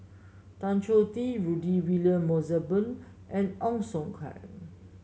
Tan Choh Tee Rudy William Mosbergen and Ong Siong Kai